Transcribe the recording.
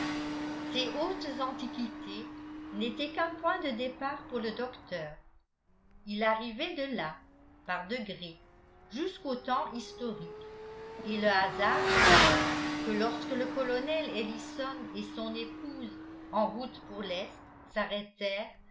ces hautes antiquités n'étaient qu'un point de départ pour le docteur il arrivait de là par degrés jusqu'aux temps historiques et le hasard voulut que lorsque le colonel ellison et son épouse en route pour l'est